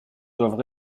doivent